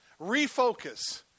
Refocus